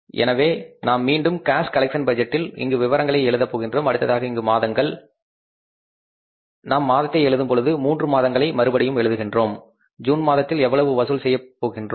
எனவே நாம் மீண்டும் கேஸ் கலெக்சன் பட்ஜெட்டில் இங்கு விபரங்களை எழுத போகின்றோம் அடுத்ததாக இங்கு மாதங்களை எழுதுகின்றோம் நாம் மாதத்தை எழுதும்பொழுது மூன்றும் மாதங்களை மறுபடியும் எழுதுகின்றோம் ஜூன் மாதத்தில் எவ்வளவு வசூல் செய்யப் போகின்றோம்